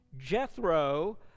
Jethro